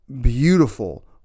beautiful